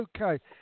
Okay